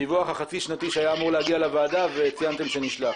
הדיווח החצי שנתי שהיה אמור להגיע לוועדה וציינתם שנשלח.